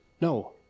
No